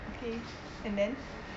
okay and then